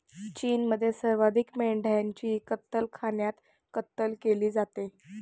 चीनमध्ये सर्वाधिक मेंढ्यांची कत्तलखान्यात कत्तल केली जाते